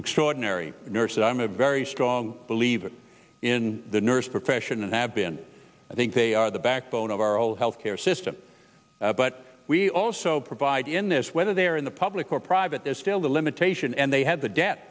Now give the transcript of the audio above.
extraordinary nurses i'm a very strong believer in the nurse profession and have been i think they are the backbone of our old health care system but we also provide in this whether they're in the public or private is still the limitation and they have the debt